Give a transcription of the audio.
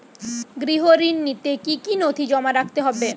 গৃহ ঋণ নিতে কি কি নথি জমা রাখতে হবে?